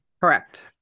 Correct